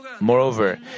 Moreover